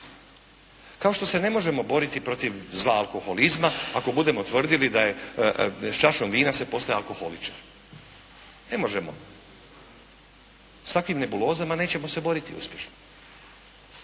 Kao što se ne možemo boriti protiv zla alkoholizma ako budemo tvrdili da je s čašom vina se postaje alkoholičar. Ne možemo. S takvim nebulozama nećemo se boriti uspješno.